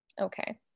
okay